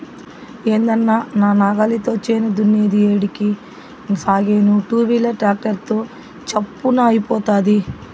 ఏందన్నా నా నాగలితో చేను దున్నేది ఏడికి సాగేను టూవీలర్ ట్రాక్టర్ తో చప్పున అయిపోతాది